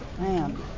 Man